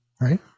right